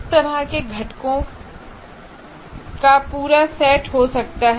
इस तरह के घटकों का पूरा सेट हो सकता है